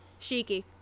Shiki